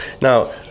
Now